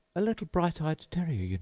a little bright-eyed terrier,